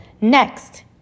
Next